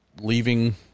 leaving